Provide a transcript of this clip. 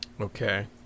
okay